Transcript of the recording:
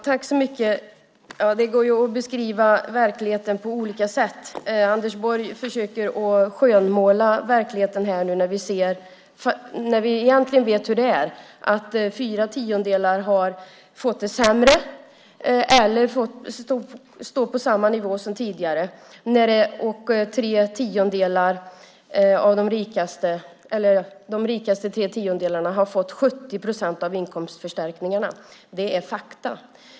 Herr talman! Det går att beskriva verkligheten på olika sätt. Anders Borg försöker skönmåla verkligheten fast vi egentligen vet hur det är: Fyra tiondelar har fått det sämre eller står på samma nivå som tidigare, och de rikaste tre tiondelarna har fått 70 procent av inkomstförstärkningarna. Det är fakta!